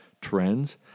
trends